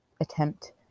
attempt